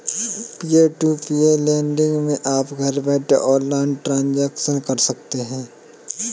peer to peer lending मै आप घर बैठे ऑनलाइन ट्रांजेक्शन कर सकते है